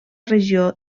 regió